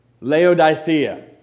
Laodicea